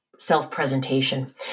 self-presentation